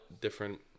different